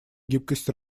гибкость